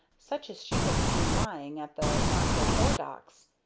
such as she had seen lying at the marquette ore docks.